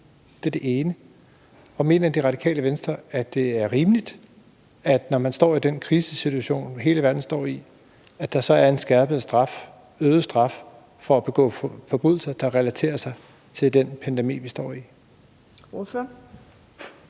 Det andet spørgsmål er: Mener Det Radikale Venstre, at det er rimeligt, at der, når vi står i den krisesituation, som hele verden står i, så er en skærpet straf, en øget straf, for at begå forbrydelser, der relaterer sig til den pandemi, vi står i?